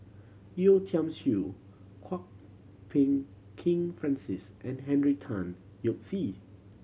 Yeo Tiam Siew Kwok Peng Kin Francis and Henry Tan Yoke See